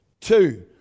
two